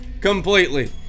completely